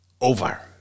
over